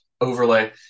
overlay